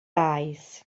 eyes